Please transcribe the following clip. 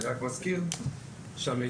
אני רק מזכיר שהמידע